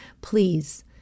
please